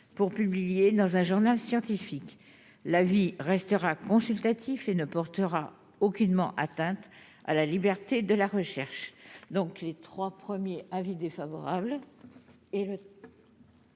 pour publier dans un journal scientifique: la vie restera consultatif et ne portera aucunement atteinte à la liberté de la recherche. Donc les 3 premiers avis défavorable